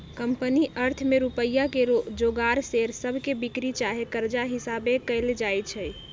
company अर्थ में रुपइया के जोगार शेयर सभके बिक्री चाहे कर्जा हिशाबे कएल जाइ छइ